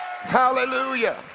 Hallelujah